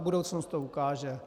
Budoucnost to ukáže.